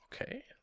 Okay